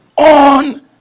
on